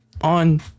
On